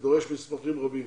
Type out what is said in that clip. ודורש מסמכים רבים.